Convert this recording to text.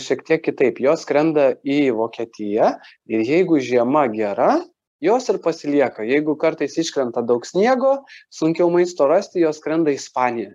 šiek tiek kitaip jos skrenda į vokietiją ir jeigu žiema gera jos ir pasilieka jeigu kartais iškrenta daug sniego sunkiau maisto rasti jos skrenda į ispaniją